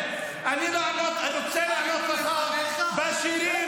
היום אין מקום בעולם שיקבל אותך,